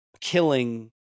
killing